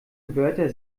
wörter